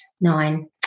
nine